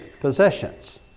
possessions